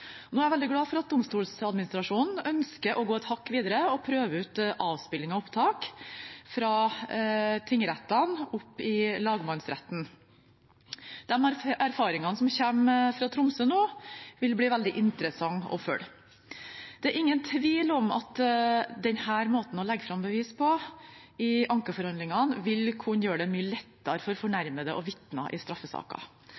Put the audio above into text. ut. Nå er jeg veldig glad for at Domstoladministrasjonen ønsker å gå et hakk videre og prøve ut avspilling av opptak fra tingrettene i lagmannsretten. De erfaringene som kommer fra Tromsø nå, vil det bli veldig interessant å følge. Det er ingen tvil om at denne måten å legge fram bevis på i ankeforhandlingene vil kunne gjøre det mye lettere for